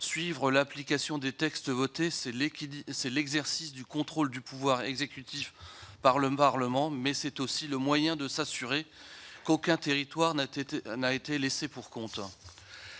suivre l'application des textes votés c'est les qui dit c'est l'exercice du contrôle du pouvoir exécutif, par le Parlement, mais c'est aussi le moyen de s'assurer qu'aucun territoire n'ATT n'a été laissé pour compte,